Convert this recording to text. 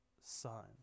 son